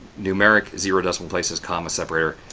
numeric, zero decimal places, comma separator.